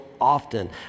often